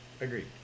Agreed